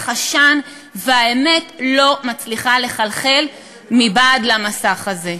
עשן והאמת לא מצליחה לחלחל מבעד למסך הזה.